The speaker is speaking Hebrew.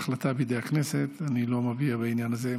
ההחלטה בידי הכנסת, אני לא מביע עמדה בעניין הזה.